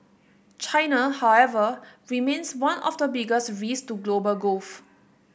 China however remains one of the biggest risk to global growth